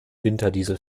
winterdiesel